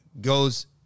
goes